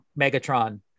Megatron